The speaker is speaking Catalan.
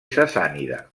sassànida